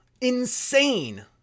insane